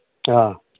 ꯑꯥ